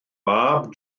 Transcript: fab